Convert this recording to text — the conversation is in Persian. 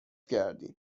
کردین